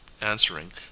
answering